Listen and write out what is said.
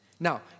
Now